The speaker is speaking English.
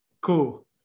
Cool